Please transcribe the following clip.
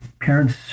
parents